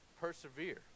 Persevere